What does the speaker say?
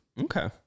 Okay